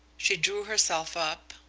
she drew herself up.